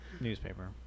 newspaper